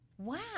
Wow